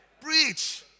Preach